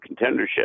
contendership